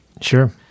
Sure